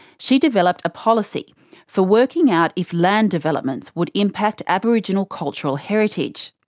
she developed a policy for working out if land developments would impact aboriginal cultural heritage.